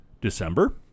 December